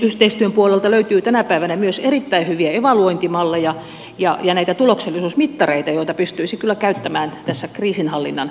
kehitysyhteistyön puolelta löytyy tänä päivänä myös erittäin hyviä evaluointimalleja ja näitä tuloksellisuusmittareita joita pystyisi kyllä käyttämään tässä kriisinhallinnan kokonaisuudessakin hyväksi